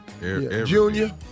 Junior